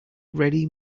ready